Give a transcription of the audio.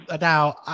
now